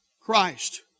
Christ